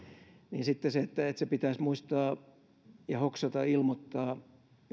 niin sitten se että että ne pitäisi muistaa ja hoksata ilmoittaa